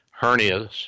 hernias